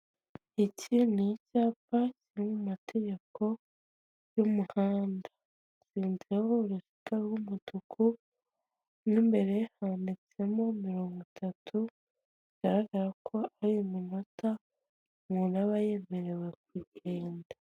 Iki ni icyapa cyo mu mategeko y'umuhanda. Hariho amagambo y'umutuku, mo imbere handitseho mirongo itatu, bigaragara ko ari yo minota umuntu aba yemerewe kugenda.